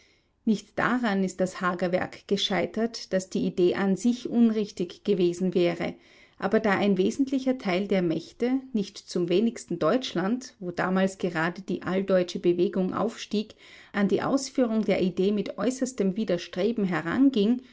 nicht daran ist das haager werk gescheitert daß die idee an sich unrichtig gewesen wäre aber da ein wesentlicher teil der mächte nicht zum wenigsten deutschland wo damals gerade die alldeutsche bewegung aufstieg an die ausführung der idee mit äußerstem widerstreben